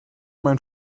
mein